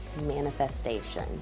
manifestation